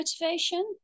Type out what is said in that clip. motivation